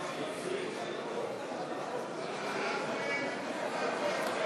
תחשוב אם זה היה לשנה.